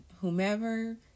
whomever